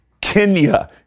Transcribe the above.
Kenya